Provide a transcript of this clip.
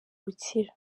ubukira